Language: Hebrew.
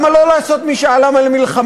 למה לא לעשות משאל עם על מלחמה?